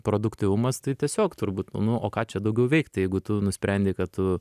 produktyvumas tai tiesiog turbūt nu o ką čia daugiau veikt jeigu tu nusprendei kad